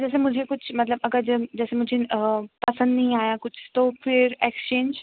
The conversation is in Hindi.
जैसे मुझे कुछ मतलब अगर जन जैसे मुझे पसंद नहीं आया कुछ तो फिर एक्सचेंज